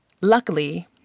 Luckily